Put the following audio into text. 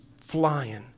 flying